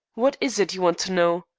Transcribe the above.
what is it you want to know?